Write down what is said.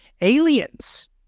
Aliens